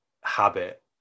habit